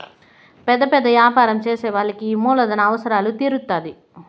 పెద్ద పెద్ద యాపారం చేసే వాళ్ళకి ఈ మూలధన అవసరాలు తీరుత్తాధి